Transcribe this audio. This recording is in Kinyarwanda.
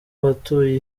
abatuye